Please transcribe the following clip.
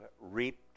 reaped